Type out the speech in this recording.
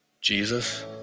Jesus